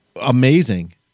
Amazing